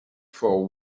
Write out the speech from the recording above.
for